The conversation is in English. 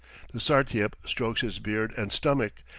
the sartiep strokes his beard and stomach,